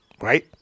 Right